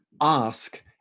ask